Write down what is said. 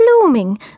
Blooming